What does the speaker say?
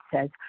says